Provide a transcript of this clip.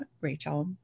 Rachel